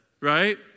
right